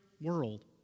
world